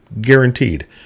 guaranteed